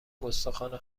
گستاخانه